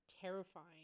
terrifying